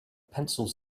pencils